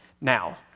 Now